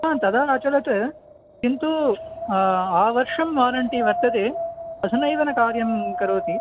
ह तदा अचलत् किन्तु आवर्षं वारण्टि वर्तते अधुनैव न कार्यं करोति